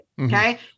Okay